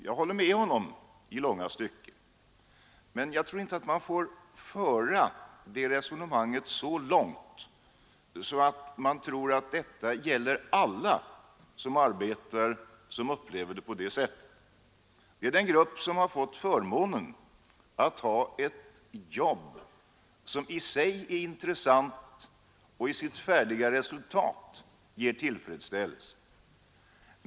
Jag håller med honom i långa stycken, men man får inte föra det resonemanget så långt att man tror att alla som arbetar upplever arbetet på det sättet. Det gäller den grupp som fått förmånen att ha ett arbete, som i sig är intressant och i sitt resultat ger tillfredsställelse.